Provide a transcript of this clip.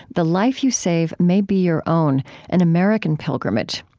the life you save may be your own an american pilgrimage.